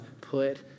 Put